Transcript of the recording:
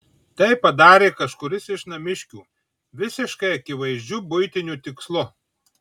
tai padarė kažkuris iš namiškių visiškai akivaizdžiu buitiniu tikslu